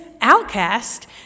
outcast